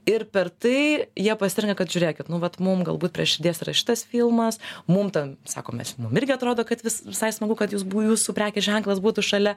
ir per tai jie pasirenka kad žiūrėkit nu vat mum galbūt prie širdies yra šitas filmas mum ta sakom mes mum irgi atrodo kad vis visai smagu kad jūs bū jūsų prekės ženklas būtų šalia